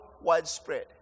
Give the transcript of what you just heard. widespread